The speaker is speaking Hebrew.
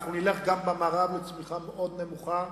אנחנו נלך גם במערב לצמיחה מאוד נמוכה,